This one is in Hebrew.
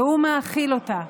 והוא מאכיל אותה.